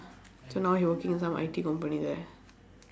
so now he working in some I_T company there